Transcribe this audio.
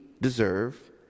deserve